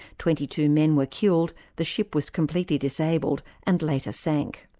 twenty-two men were killed, the ship was completely disabled and later sank.